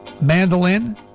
mandolin